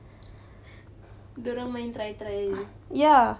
dia orang main try try jer